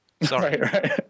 Sorry